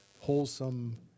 wholesome